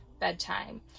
bedtime